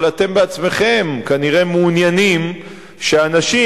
אבל אתם בעצמכם כנראה מעוניינים שאנשים